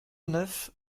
neuf